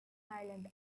ireland